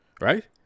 Right